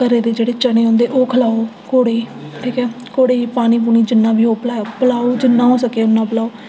घरे दे जेह्ड़े चने होंदे ओह् खलाओ घोड़े गी ठीक ऐ घोड़े गी पानी पुनी जिन्ना बी होग पलाओ जिन्ना होई सकै उन्ना पलाओ